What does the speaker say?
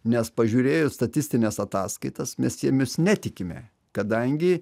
nes pažiūrėjus statistines ataskaitas mes jemis netikime kadangi